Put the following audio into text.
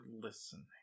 listening